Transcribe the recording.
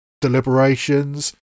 deliberations